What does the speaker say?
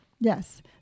Yes